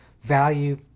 value